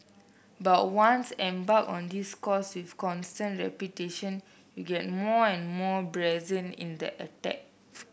but once embarked on this course with constant repetition you get more and more brazen in the attack